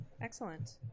Excellent